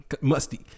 Musty